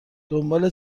دنبال